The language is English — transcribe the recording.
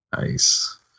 Nice